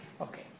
okay